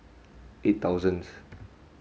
eight thousandth